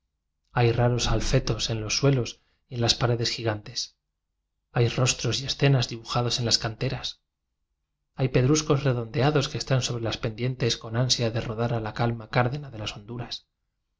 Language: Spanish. hay raros alfetos en los suelos y en las paredes gigantes hay rosiros y escenas dibujados en las canteras hay pedruscos redondeados que están so bre las pendientes con ansia de rodar a la calma cárdena de las honduras